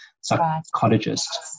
psychologist